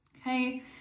Okay